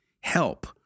help